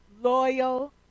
loyal